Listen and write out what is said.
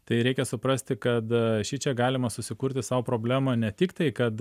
tai reikia suprasti kad šičia galima susikurti sau problemą ne tik tai kad